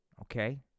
Okay